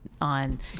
on